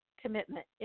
commitment